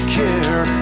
care